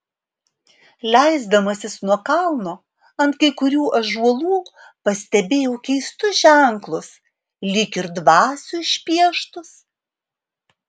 leisdamasis nuo kalno ant kai kurių ąžuolų pastebėjau keistus ženklus lyg ir dvasių išpieštus